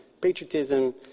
patriotism